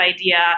idea